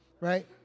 right